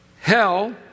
Hell